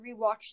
rewatched